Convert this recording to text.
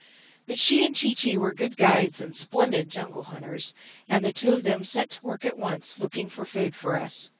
but she and chee-chee were good guides and splendid jungle-hunters and the two of them set to work at once looking for food for us.